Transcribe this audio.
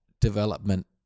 development